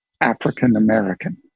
African-American